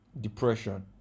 depression